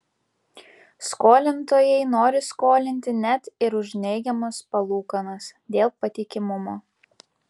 skolintojai nori skolinti net ir už neigiamas palūkanas dėl patikimumo